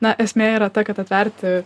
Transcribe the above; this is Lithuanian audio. na esmė yra ta kad atverti